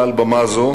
מעל במה זו: